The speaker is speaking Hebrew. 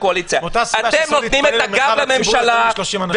מאותה סיבה שאסור להתפלל במרחב הציבורי יותר מ-30 אנשים.